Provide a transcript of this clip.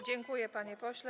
Dziękuję, panie pośle.